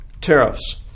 Tariffs